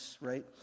right